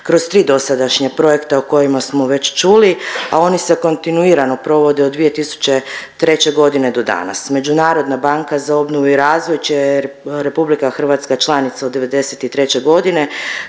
kroz tri dosadašnja projekta o kojima smo već čuli, a oni se kontinuirano provode od 2003. godine do danas. Međunarodna banka za obnovu i razvoj će Republika Hrvatska članica od '93. godine,